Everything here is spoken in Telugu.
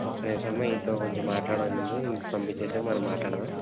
ఒక్క నిమిషం అమ్మా ఈయనతో కొంచెం మాట్లాడేది ఉంది ఈయన్ని పంపించేసాక మనం మాట్లాడదాము